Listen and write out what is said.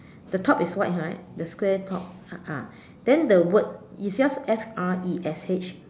the top is white right the square top ah ah then the word is yours F R E S H